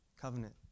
covenant